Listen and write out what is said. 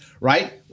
right